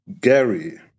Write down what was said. Gary